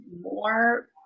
more